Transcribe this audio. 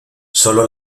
sólo